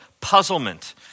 Puzzlement